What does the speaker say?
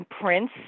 prince